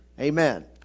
amen